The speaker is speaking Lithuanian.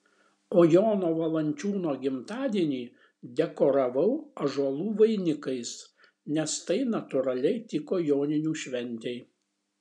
o jono valančiūno gimtadienį dekoravau ąžuolų vainikais nes tai natūraliai tiko joninių šventei